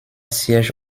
siège